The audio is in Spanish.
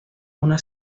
una